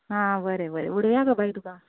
आं बरें बरें उडोया गो बाय तुका